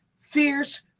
fierce